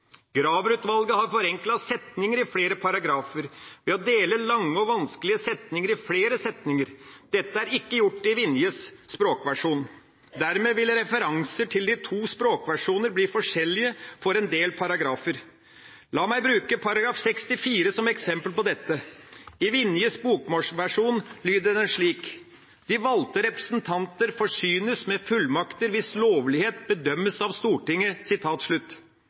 Graver-utvalget har forenklet setninger i flere paragrafer ved å dele lange og vanskelige setninger i flere setninger. Dette er ikke gjort i Vinjes språkversjon. Dermed vil referanser til de to språkversjonene bli forskjellige for en del paragrafer. La meg bruke § 64 som eksempel på dette. I Vinjes bokmålsversjon lyder den slik: «De valgte representanter forsynes med fullmakter hvis lovlighet bedømmes av Stortinget.»